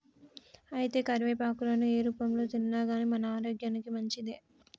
అయితే కరివేపాకులను ఏ రూపంలో తిన్నాగానీ మన ఆరోగ్యానికి మంచిదే